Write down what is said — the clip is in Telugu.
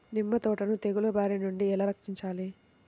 నిమ్మ తోటను తెగులు బారి నుండి ఎలా రక్షించాలి?